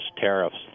tariffs